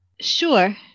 Sure